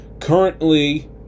currently